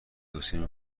توصیه